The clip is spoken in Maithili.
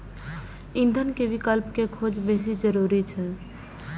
ईंधन के विकल्प के खोज बेसी जरूरी छै